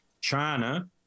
China